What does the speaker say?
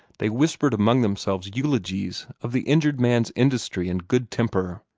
they whispered among themselves eulogies of the injured man's industry and good temper,